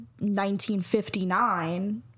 1959